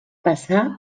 passar